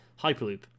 Hyperloop